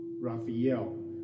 Raphael